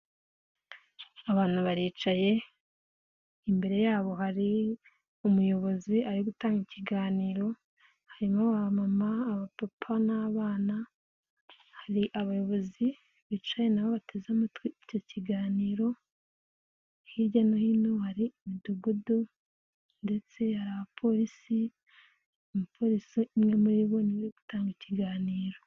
Abantu baricaye, imbere yabo hari umuyobozi ari gutanga ikiganiro, harimo abamama, abapapa n'abana, hari abayobozi bicaye na bo bateze amatwi icyo kiganiro, hirya no hino hari mudugudu ndetse hari abapolisi, umupolisi umwe muri bo ni we uri gutanga ikiganiro.